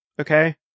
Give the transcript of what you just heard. okay